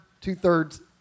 two-thirds